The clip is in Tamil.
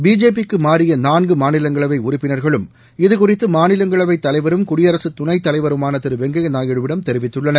பிஜேபிக்கு மாறிய நான்கு மாநிலங்களவை உறுப்பினர்களும் இது குறித்து மாநிலங்களவை தலைவரும் குடியரசு துணைத் தலைவருமான திரு வெங்கைய நாயுடுவிடம் தெரிவித்துள்ளனர்